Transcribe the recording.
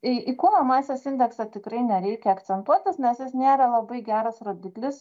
į į kūno masės indeksą tikrai nereikia akcentuotis nes jis nėra labai geras rodiklis